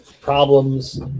problems